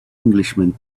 englishman